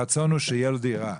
כי הרצון הוא שיהיה לו דירה.